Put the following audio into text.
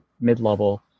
mid-level